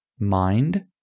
mind